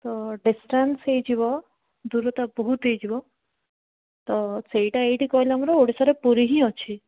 ତ ଡିଷ୍ଟାନ୍ସ ହେଇଯିବ ଦୂରତା ବହୁତ ହେଇଯିବ ତ ସେଇଟା ଏଇଠି କହିଲେ ଆମର ଓଡ଼ିଶାରେ ପୁରୀ ହିଁ ଅଛି